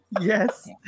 Yes